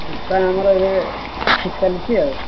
ଦୋକାନ ଆମର ଏବେ ଠିକ୍ ଚାଲିଛି ଆଉ